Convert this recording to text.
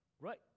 right